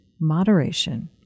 moderation